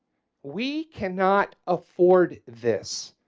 we cannot afford this.